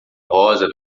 rosa